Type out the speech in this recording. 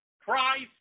Christ